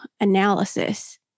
analysis